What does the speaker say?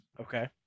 Okay